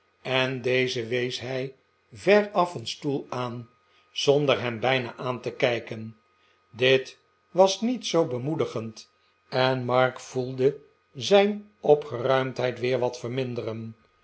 en dezen wees hij veraf een stoel aan zonder hem bijna aan te kijken dit was niet zoo bemoedigend en mark voelde zijn opgeruimdheid weer wat verminderen